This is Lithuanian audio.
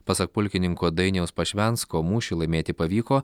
pasak pulkininko dainiaus pašvensko mūšį laimėti pavyko